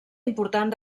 important